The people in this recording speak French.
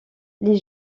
les